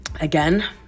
Again